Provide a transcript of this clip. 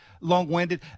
long-winded